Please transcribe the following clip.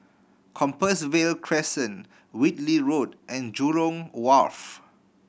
Compassvale Crescent Whitley Road and Jurong Wharf